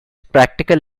practical